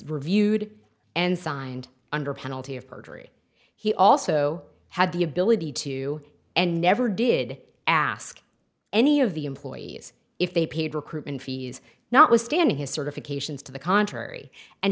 reviewed and signed under penalty of perjury he also had the ability to and never did ask any of the employees if they paid recruitment fees notwithstanding his certifications to the contrary and